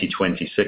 2026